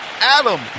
Adam